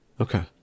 Okay